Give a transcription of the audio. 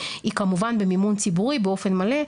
היא כמובן במימון ציבורי באופן מלא,